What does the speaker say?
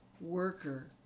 worker